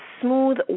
smooth